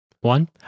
One